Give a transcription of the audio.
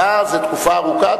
שנה זו תקופה ארוכה.